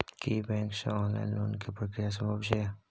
की bank से online loan के प्रक्रिया संभव छै?